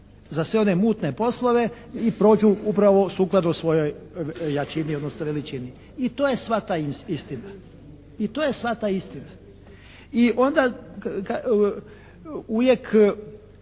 za sve one mutne poslove i prođu upravo sukladno svojoj jačini odnosno veličini. I to je sva ta istina. I to je sva ta istina. I onda uvijek